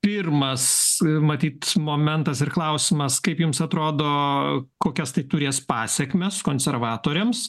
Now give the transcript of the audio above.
pirmas matyt momentas ir klausimas kaip jums atrodo kokias tai turės pasekmes konservatoriams